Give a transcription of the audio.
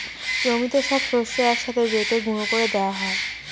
জমিতে সব শস্যকে এক সাথে বেটে গুঁড়ো করে দেওয়া হয়